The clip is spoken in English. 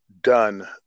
done